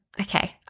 Okay